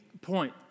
point